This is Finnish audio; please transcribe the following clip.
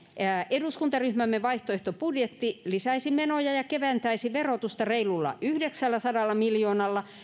eduskuntaryhmämme vaihtoehtobudjetti lisäisi menoja ja keventäisi verotusta reilulla yhdeksälläsadalla miljoonalla ja